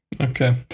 Okay